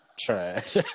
Trash